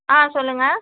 ஆ சொல்லுங்கள்